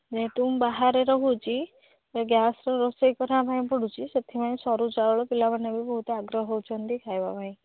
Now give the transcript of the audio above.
ଯେହେତୁ ମୁଁ ବାହାରେ ରହୁଛି ଗ୍ୟାସ୍ରେ ରୋଷେଇ କରିବା ପାଇଁ ପଡ଼ୁଛି ସେଥିପାଇଁ ସରୁ ଚାଉଳ ପିଲାମାନେ ବି ବହୁତ ଆଗ୍ରହ ହେଉଛନ୍ତି ଖାଇବା ପାଇଁ